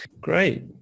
Great